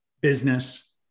business